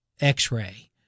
x-ray